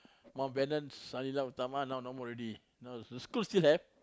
Mountbatten Sang Nila Utama now no more already school still have